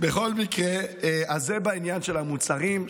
בכל מקרה, זה בעניין המוצרים.